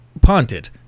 punted